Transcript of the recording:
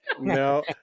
No